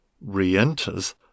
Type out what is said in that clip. re-enters